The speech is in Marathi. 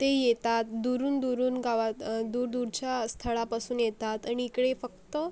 ते येतात दुरुनदुरुन गावात दूरदूरच्या स्थळापासून येतात आणि इकडे फक्त